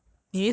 这样子 ah